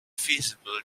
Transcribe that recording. feasible